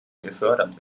gefördert